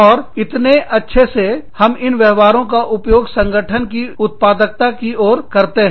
और इतने अच्छे से हम इन व्यवहारों का उपयोग संगठन की उत्पादकता की ओर करते हैं